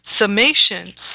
summations